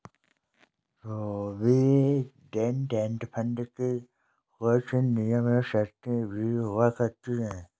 provident fund की कुछ नियम एवं शर्तें भी हुआ करती हैं